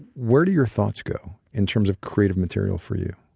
where do your thoughts go in terms of creative material for you?